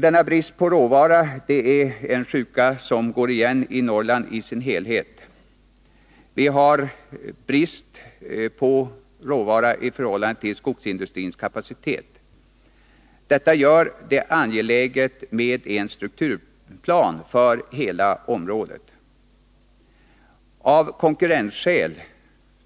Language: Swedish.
Denna brist på råvara är en sjuka som går igen i hela Norrland. Vi har brist på råvara i förhållande till skogsindustrins kapacitet. Detta gör det angeläget med en strukturplan för hela området. Av konkurrensskäl,